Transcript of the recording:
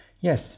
Yes